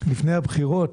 לפני הבחירות?